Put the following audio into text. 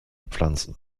pflanzen